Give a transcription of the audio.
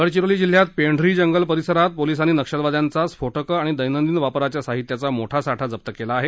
गडचिरोली जिल्ह्यात पेंढरी जंगल परिसरात पोलिसांनी नक्षलवाद्यांचा स्फोटकं आणि दैनंदिन वापराच्या साहित्याचा मोठा साठा जप्त केला आहे